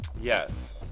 yes